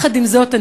יחד עם זאת,